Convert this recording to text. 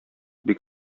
бик